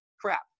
crap